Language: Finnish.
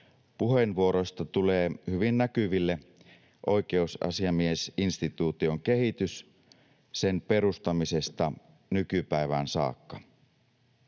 puheenvuoroista tulee hyvin näkyville oikeusasiamiesinstituution kehitys sen perustamisesta nykypäivään saakka.